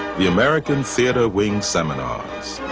the american theatre wing's um and